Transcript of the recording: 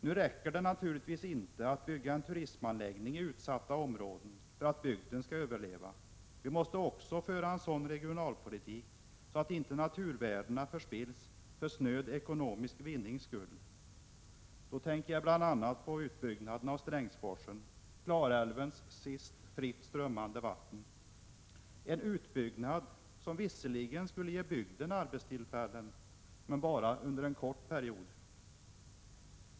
Nu räcker det naturligtvis inte att bygga en turistanläggning i utsatta områden för att bygden skall överleva, vi måste också föra en regionalpolitik som innebär att naturvärdena inte förspills för snöd ekonomisk vinnings skull. Då tänker jag bl.a. på utbyggnaden av Strängsforsen och Klarälvens sista fritt strömmande vatten — en utbyggnad som visserligen skulle ge bygden arbetstillfällen, men bara under en kort period.